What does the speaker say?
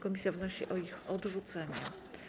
Komisja wnosi o ich odrzucenie.